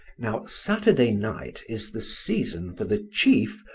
now saturday night is the season for the chief,